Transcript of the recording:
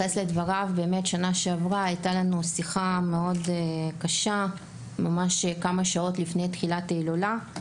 בשנה שעברה הייתה לנו שיחה מאוד קשה ממש מספר שעות לפני תחילת ההילולה.